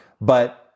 but-